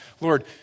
Lord